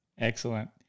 Excellent